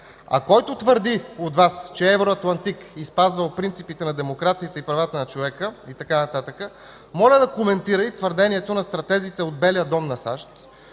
от Вас твърди, че е евроатлантик и е спазвал принципите на демокрацията и правата на човека, моля да коментира и твърдението на стратезите от Белия дом на САЩ,